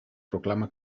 proclama